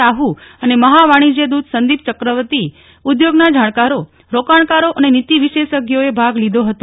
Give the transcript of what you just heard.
સાહુ અને મહાવાણીજ્ય દૂત સંદીપ ચક્રવર્તી ઉદ્યોગના જાણકારો રોકાણકારો અને નીતિ વિશેષજ્ઞોએ ભાગ લીધો હતો